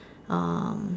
um